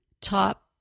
top